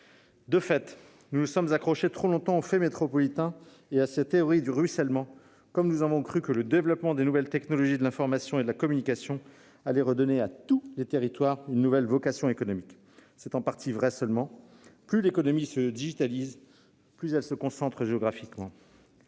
De fait, nous nous sommes accrochés trop longtemps au fait métropolitain et à sa théorie du ruissellement, comme nous avons cru que le développement des nouvelles technologies de l'information et de la communication allait redonner à tous les territoires une nouvelle vocation économique. C'est vrai, mais seulement en partie : plus l'économie se digitalise, plus elle se concentre géographiquement.